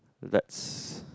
that's